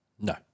No